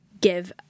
give